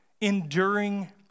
enduring